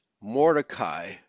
Mordecai